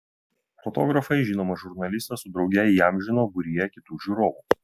fotografai žinomą žurnalistą su drauge įamžino būryje kitų žiūrovų